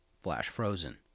flash-frozen